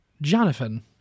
Jonathan